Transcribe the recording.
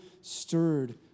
stirred